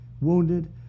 wounded